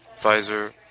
Pfizer